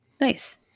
nice